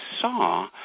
saw